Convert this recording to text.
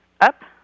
up